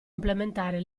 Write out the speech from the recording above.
implementare